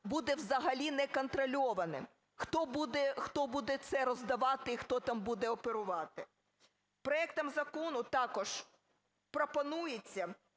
буде взагалі неконтрольованим. Хто буде це роздавати і хто там буде оперувати? Проектом закону також пропонується